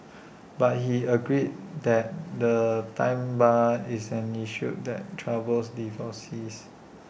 but he agreed that the time bar is an issue that troubles divorcees